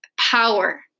Power